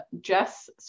Jess